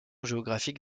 géographique